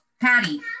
patty